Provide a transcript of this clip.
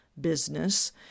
Business